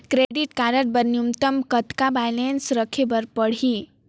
Credit card बर न्यूनतम कतका बैलेंस राखे बर पड़ही?